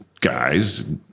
guys